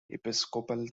episcopal